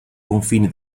confini